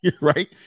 right